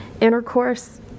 intercourse